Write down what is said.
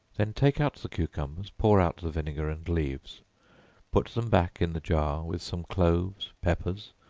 then take out the cucumbers, pour out the vinegar and leaves put them back in the jar, with some cloves, peppers,